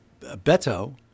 Beto